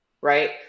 right